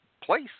place